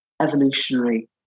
evolutionary